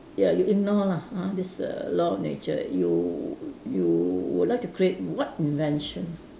ya you ignore lah ah this err law of nature you you would like to create what invention